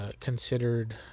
considered